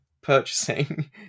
purchasing